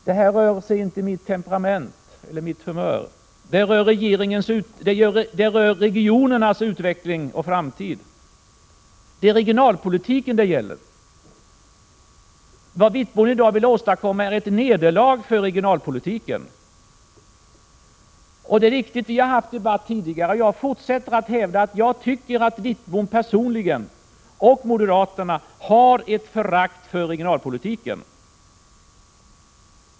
Det rör sig inte om mitt temperament eller mitt humör utan om regionernas utveckling och framtid. Det är regionalpolitiken det gäller. Vad Bengt Wittbom i dag vill åstadkomma är ett nederlag för regionalpolitiken. Det är riktigt att vi tidigare debatterat detta, och jag fortsätter att hävda att jag tycker att moderaterna och Bengt Wittbom personligen har ett förakt för regionalpolitiken.